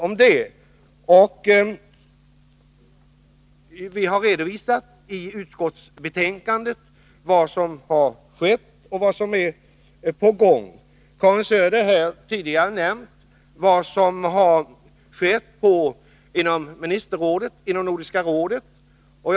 19 maj 1982 Vi har iutskottsbetänkandet redovisat vad som skett och vad som är i gång. Karin Söder har tidigare nämnt vad som skett inom Nordiska rådets Åtgärder mot alministerråd.